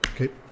Okay